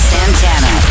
Santana